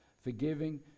Forgiving